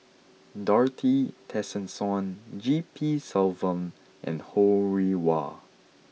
Dorothy Tessensohn G P Selvam and Ho Rih Hwa